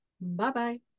Bye-bye